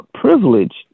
privileged